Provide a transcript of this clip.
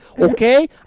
Okay